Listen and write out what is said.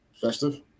Festive